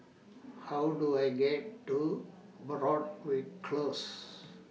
How Do I get to Broadrick Close